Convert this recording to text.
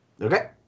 Okay